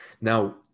Now